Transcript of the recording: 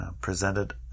Presented